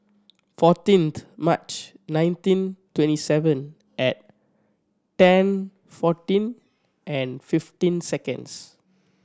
fourteenth March nineteen twenty seven at ten fourteen and fifteen seconds